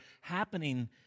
happening